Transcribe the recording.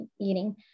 eating